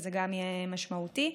וגם זה יהיה משמעותי.